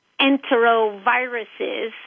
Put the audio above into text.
enteroviruses